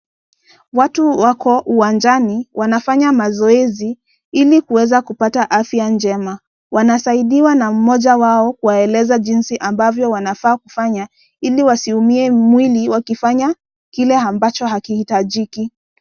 Watu wako uwanjani, wanafanya mazoezi, ili kuweza kupata afya njema, wanasaidiwa na mmoja wao kuwaeleza jinsi, ambavyo wanafaa kufanya, ili wasiumie mwili wakifanya kile ambacho hakihitajiki.